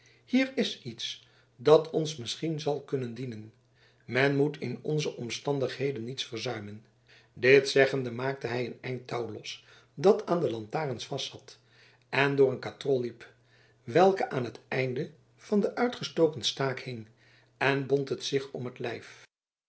hier is iets dat ons misschien zal kunnen dienen men moet in onze omstandigheden niets verzuimen dit zeggende maakte hij een eind touw los dat aan de lantarens vastzat en door een katrol liep welke aan het einde van den uitgestoken staak hing en bond het zich om het lijf